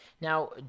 Now